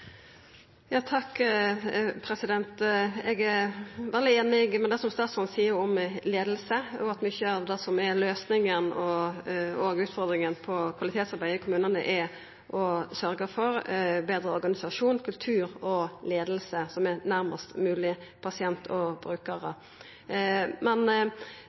Eg er veldig einig i det statsråden seier om leiing, og at mykje av det som er løysinga – og utfordringa – på kvalitetsarbeidet i kommunane, er å sørgja for betre organisasjon, kultur og leiing nærmast mogleg pasient og brukar. Men